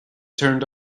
turned